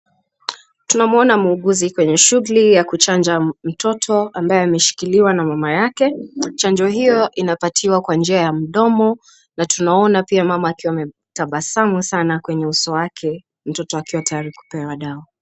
Tunamuona muuguzi kwenye shughli ya kuchanja mtoto ambaye ameshikiliwa na mama yake. Chanjo hiyo inapatiwa kwa njia ya mdomo na tunaona pia mama akiwa ametabasamu sana kwenye uso wake mtoto akiwa tayari kupewa dawa.